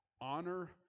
Honor